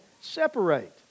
separate